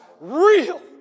real